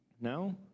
No